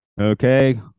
okay